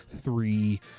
three